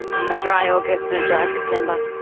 and a dry august and a dry september.